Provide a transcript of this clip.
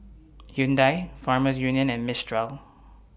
Hyundai Farmers Union and Mistral